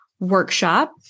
workshop